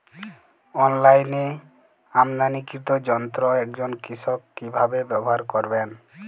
অনলাইনে আমদানীকৃত যন্ত্র একজন কৃষক কিভাবে ব্যবহার করবেন?